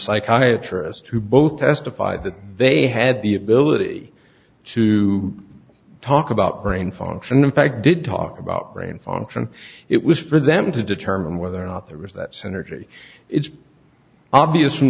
psychiatry as to both testified that they had the ability to talk about brain function in fact did talk about brain function it was for them to determine whether or not there was that synergy it's obvious from